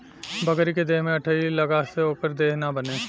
बकरी के देह में अठइ लगला से ओकर देह ना बने